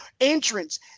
entrance